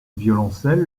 violoncelle